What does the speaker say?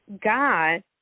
God